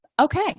Okay